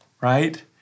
right